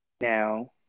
Now